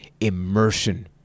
immersion